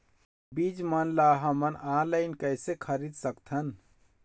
बीज मन ला हमन ऑनलाइन कइसे खरीद सकथन?